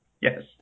Yes